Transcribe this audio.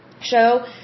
show